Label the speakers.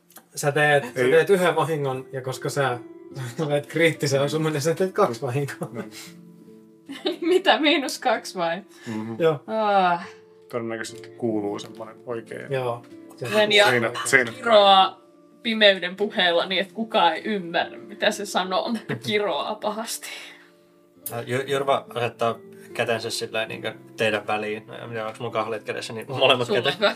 Speaker 1: Sä teet- sä
Speaker 2: Ei.
Speaker 1: teet yhden vahingon, ja koska sä- sä olet kriittisen osun, niin sä teet kaksi vahinkoa.
Speaker 2: Niin.
Speaker 3: Mitä, miinus kaksi vai?
Speaker 2: Mhm.
Speaker 1: Joo.
Speaker 3: Aa.
Speaker 2: Todennäköisesti kuuluu semmoinen oikein-
Speaker 1: Joo. Se-
Speaker 3: Lenja
Speaker 2: Seinä- seinä-
Speaker 3: kiroaa pimeyden puheella niin, et kukaan ei ymmärrä, mitä se sanoo. Kiroaa pahasti.
Speaker 4: Ää, Jo- Jorva asettaa kätensä sillä niinkö teidän väliin. No, en tiedä, onks mun kahleet kädessä, niin molemmat
Speaker 3: Sulla-
Speaker 4: kätensä-